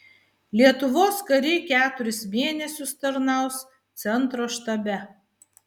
lietuvos kariai keturis mėnesius tarnaus centro štabe